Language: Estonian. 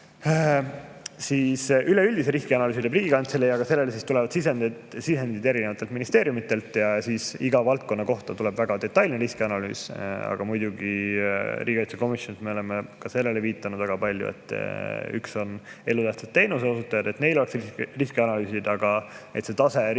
Üleüldise riskianalüüsi teeb Riigikantselei, aga sellele tulevad sisendid erinevatelt ministeeriumitelt, iga valdkonna kohta tuleb väga detailne riskianalüüs. Aga muidugi riigikaitsekomisjonis me oleme ka sellele viidanud väga palju, et üks on elutähtsa teenuse osutajad, et neil oleks riskianalüüsid, aga et see tase